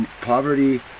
poverty